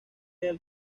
del